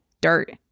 dirt